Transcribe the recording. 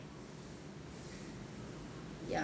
ya